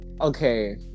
Okay